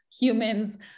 humans